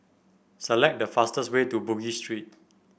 select the fastest way to Bugis Street